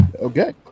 Okay